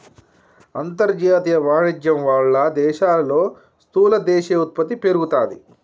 అంతర్జాతీయ వాణిజ్యం వాళ్ళ దేశాల్లో స్థూల దేశీయ ఉత్పత్తి పెరుగుతాది